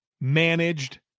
managed